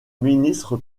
ministre